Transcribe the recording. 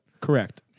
Correct